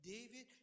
David